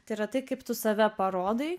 tai yra tai kaip tu save parodai